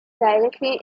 directly